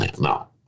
no